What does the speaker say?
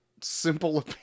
simple